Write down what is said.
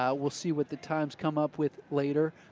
um we'll see what the times come up with later.